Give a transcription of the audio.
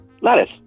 lettuce